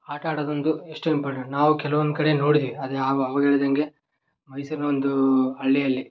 ಆಟ ಆಡೋದೊಂದು ಎಷ್ಟು ಇಂಪಾರ್ಟೆಂಟ್ ನಾವು ಕೆಲವೊಂದು ಕಡೆ ನೋಡಿದ್ದೀವಿ ಆದರೆ ಆವ ಆವಾಗ ಹೇಳಿದಂತೆ ಮೈಸೂರಿನ ಒಂದು ಹಳ್ಳಿಯಲ್ಲಿ